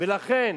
ולכן